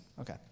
okay